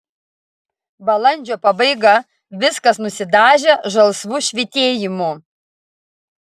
balandžio pabaiga viskas nusidažę žalsvu švytėjimu